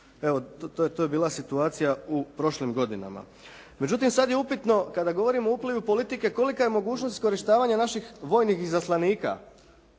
evo to je bila situacija u prošlim godinama. Međutim sad je upitno kada govorimo o uplivu politike kolika je mogućnost iskorištavanja naših vojnih izaslanika